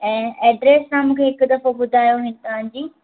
ऐं एड्रेस तव्हां हिकु दफ़ो मूंखे ॿुधायो नीता आंटी